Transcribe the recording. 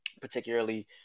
particularly